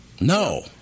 No